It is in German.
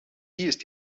ist